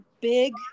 big